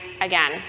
again